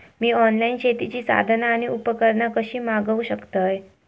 मी online शेतीची साधना आणि उपकरणा कशी मागव शकतय?